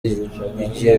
igihe